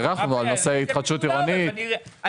הערכנו שמדובר בהתחדשות עירונית, שמדובר בביטוח.